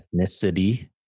ethnicity